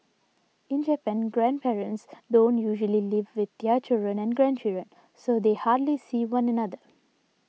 in Japan grandparents don't usually live with their children and grandchildren so they hardly see one another